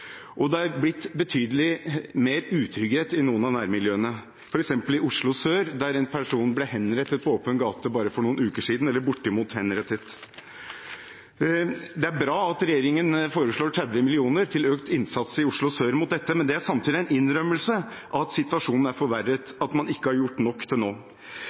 kraftig. Det er blitt betydelig mer utrygghet i noen av nærmiljøene, f.eks. i Oslo sør, der en person ble bortimot henrettet på åpen gate for bare noen uker siden. Det er bra at regjeringen foreslår 30 mill. kr til økt innsats i Oslo sør mot dette, men det er samtidig en innrømmelse av at situasjonen er forverret, og at man ikke har gjort nok til nå.